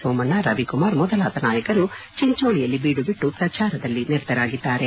ಸೋಮಣ್ಣ ರವಿಕುಮಾರ್ ಮೊದಲಾದ ನಾಯಕರು ಚಿಂಚೋಳಿಯಲ್ಲಿ ಬೀಡುಬಿಟ್ಟು ಪ್ರಚಾರದಲ್ಲಿ ನಿರತರಾಗಿದ್ದಾರೆ